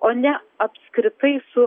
o ne apskritai su